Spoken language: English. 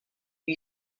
you